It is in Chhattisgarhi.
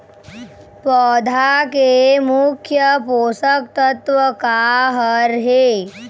पौधा के मुख्य पोषकतत्व का हर हे?